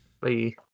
Bye